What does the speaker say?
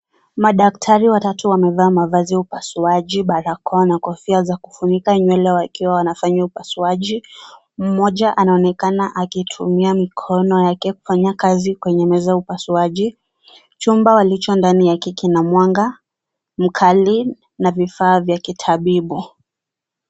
Madaktari watatu wamevaa mavazi ya upasuaji barakoa na kofia za kufunika nywele wakiwa wanafanya upasuaji , mmoja anaonekana akitumia mikono yake kufanya kazi kwenye meza ya upasuaji chumba walicho ndani yake kuna mwanga mkali na vifaa vya kitabibu.